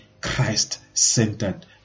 Christ-centered